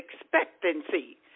expectancy